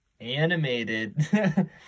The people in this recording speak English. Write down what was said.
animated